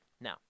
Now